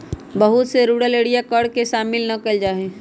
बहुत से rural area में कर के शामिल ना कइल जा हई